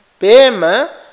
Pema